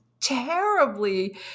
terribly